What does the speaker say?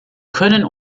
können